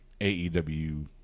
AEW